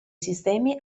sistemi